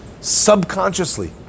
subconsciously